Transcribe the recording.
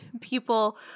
people